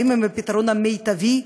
האם הם הפתרון המיטבי?